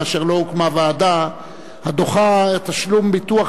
כאשר לא הוקמה ועדה הדוחה את תשלום ביטוח